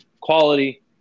quality